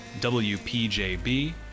WPJB